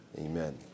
Amen